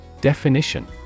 Definition